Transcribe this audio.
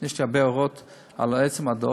יש לי הרבה הערות על עצם הדוח,